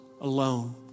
alone